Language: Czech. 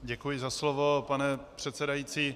Děkuji za slovo, pane předsedající.